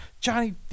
Johnny